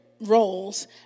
roles